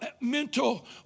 mental